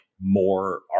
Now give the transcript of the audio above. more